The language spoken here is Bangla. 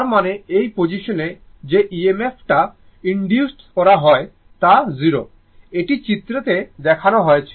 তার মানে এই পজিশনে যে EMF তা ইন্দুসেড করা হবে তা 0 এটি চিত্রে তে দেখানো হয়েছে